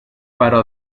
però